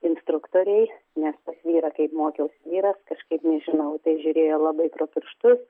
instruktorei nes pas vyrą kaip mokiaus vyras kažkaip nežinau į tai žiūrėjo labai pro pirštus